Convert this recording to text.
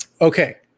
Okay